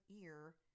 ear